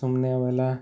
ಸುಮ್ಮನೆ ಅವೆಲ್ಲ